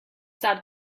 that